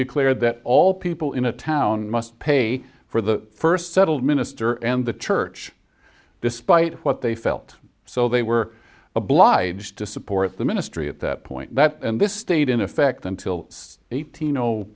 declared that all people in a town must pay for the first settled minister and the church despite what they felt so they were obliged to support the ministry at that point that this stayed in effect until eighteen